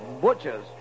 butchers